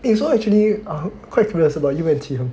eh so actually ah quite curious about you and Qi Hong